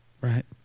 Right